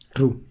True